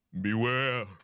Beware